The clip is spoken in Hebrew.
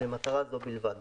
ולמטרה זו בלבד."